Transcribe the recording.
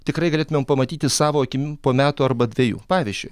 tikrai galėtumėm pamatyti savo akim po metų arba dviejų pavyzdžiui